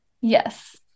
yes